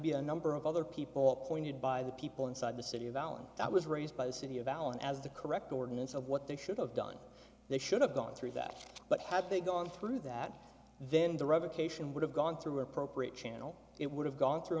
be a number of other people appointed by the people inside the city of allen that was raised by the city of allen as the correct ordinance of what they should have done they should have gone through that but had they gone through that then the revocation would have gone through appropriate channels it would have gone through